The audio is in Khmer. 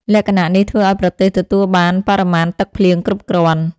លក្ខណៈនេះធ្វើឱ្យប្រទេសទទួលបានបរិមាណទឹកភ្លៀងគ្រប់គ្រាន់។